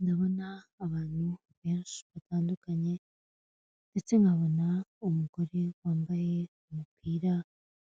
Ndabona abantu benshi batandukanye, ndetse nkabona umugore wambaye umupira